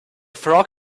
frog